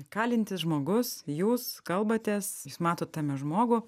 kalintis žmogus jūs kalbatės jūs matot tame žmogų